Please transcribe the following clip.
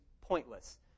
pointless